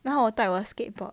然后我带我 skateboard